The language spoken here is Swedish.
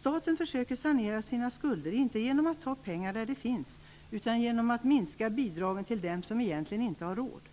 Staten försöker sanera sina skulder inte genom att ta pengar där de finns utan genom att minska bidragen till dem som egentligen inte har råd att avstå något.